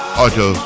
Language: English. auto